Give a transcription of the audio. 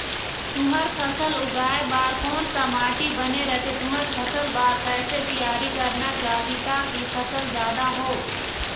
तुंहर फसल उगाए बार कोन सा माटी बने रथे तुंहर फसल बार कैसे तियारी करना चाही ताकि फसल जादा हो?